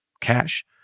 cash